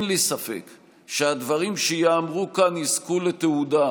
אין לי ספק שהדברים שייאמרו כאן יזכו לתהודה,